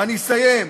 ואני אסיים.